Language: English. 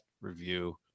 review